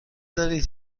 دارید